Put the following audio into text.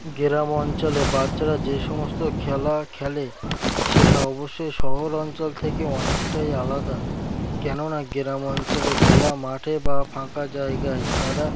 গ্রাম অঞ্চলে বাচ্চারা যেই সমস্ত খেলা খেলে সেটা অবশ্যই শহর অঞ্চল থেকে অনেকটাই আলাদা কেননা গ্রাম অঞ্চলে খেলা মাঠে বা ফাঁকা জায়গায় তারা